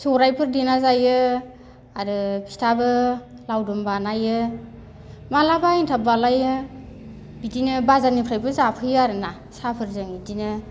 सौराइफोर देना जायो आरो फिथाबो लावदुम बानायो मालाबा एन्थाब बानायो बिदिनो बाजारनिफ्रायबो जाफैयो आरोना साहफोरजों बिदिनो